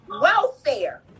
welfare